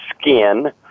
skin